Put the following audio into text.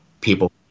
people